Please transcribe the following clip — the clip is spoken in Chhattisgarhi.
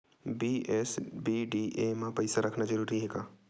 बी.एस.बी.डी.ए मा पईसा रखना जरूरी हे का?